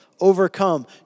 Overcome